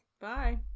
Bye